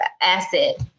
asset